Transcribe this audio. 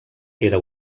era